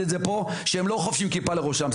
את זה פה שהם לא חובשים כיפה לראשם,